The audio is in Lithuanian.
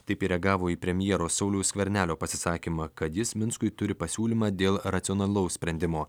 taip reagavo į premjero sauliaus skvernelio pasisakymą kad jis minskui turi pasiūlymą dėl racionalaus sprendimo